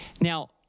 Now